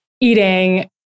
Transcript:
eating